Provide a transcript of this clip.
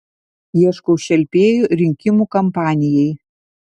ieškau šelpėjų rinkimų kampanijai